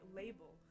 label